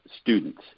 students